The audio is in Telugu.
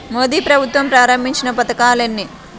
మోదీ ప్రభుత్వం ప్రారంభించిన పథకాలు ఎన్ని?